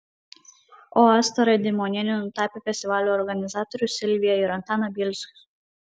o asta radimonienė nutapė festivalio organizatorius silviją ir antaną bielskius